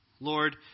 Lord